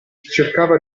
cercava